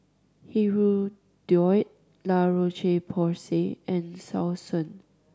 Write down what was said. Hirudoid La Roche Porsay and Selsun